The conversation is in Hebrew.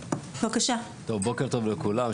בוקר טוב לכולם,